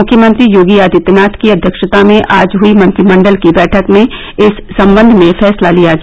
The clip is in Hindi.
मुख्यमंत्री योगी आदित्यनाथ की अध्यक्षता में आज हई मंत्रिमंडल की बैठक में इस संबंध में फैसला लिया गया